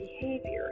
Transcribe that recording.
behavior